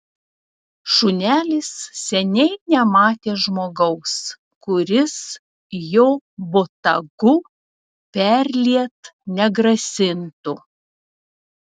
šunelis seniai nematė žmogaus kuris jo botagu perliet negrasintų